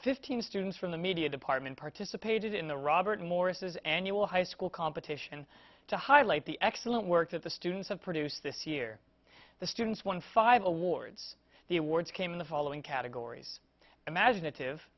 fifteen students from the media department participated in the robert morris's annual high school competition to highlight the excellent work that the students have produced this year the students won five awards the awards came in the following categories imaginative